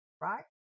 right